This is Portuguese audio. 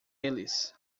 eles